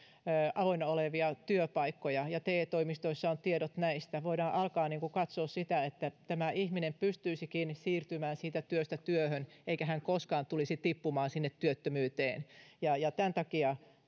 avoinna olevia työpaikkoja te toimistoissa on tiedot näistä ja voidaan alkaa katsoa sitä että tämä ihminen pystyisikin siirtymään työstä työhön eikä hän koskaan tulisi tippumaan sinne työttömyyteen ja ja tämän takia